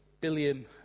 billion